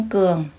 Cường